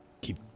keep